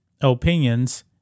opinions